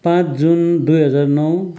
पाँच जुन दुई हजार नौ